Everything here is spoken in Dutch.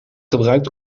gebruikt